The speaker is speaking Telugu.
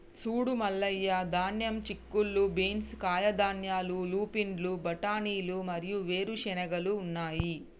సూడు మల్లయ్య ధాన్యం, చిక్కుళ్ళు బీన్స్, కాయధాన్యాలు, లూపిన్లు, బఠానీలు మరియు వేరు చెనిగెలు ఉన్నాయి